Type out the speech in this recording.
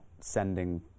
sending